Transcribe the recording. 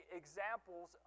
examples